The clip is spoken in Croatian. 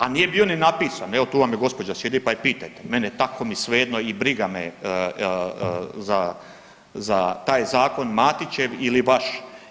A nije bio ni napisan, evo, tu vam je gospođa, sjedi, pa je pitajte, mene tamo mi svejedno i briga me za taj zakon, Matićev ili vaš.